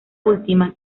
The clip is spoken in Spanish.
última